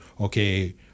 Okay